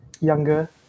younger